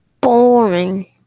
boring